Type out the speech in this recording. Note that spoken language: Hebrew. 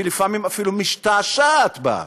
ולפעמים אפילו משתעשעת בה?